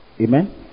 Amen